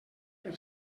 per